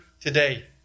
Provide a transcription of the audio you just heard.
today